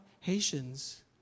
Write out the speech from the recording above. Haitians